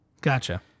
Gotcha